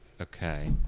Okay